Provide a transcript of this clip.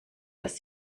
dass